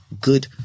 good